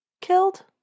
killed